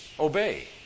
obey